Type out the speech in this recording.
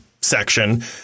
section